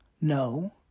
No